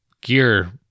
gear